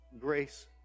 grace